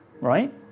right